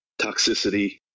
toxicity